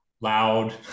loud